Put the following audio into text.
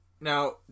Now